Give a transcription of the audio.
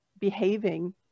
behaving